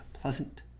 pleasant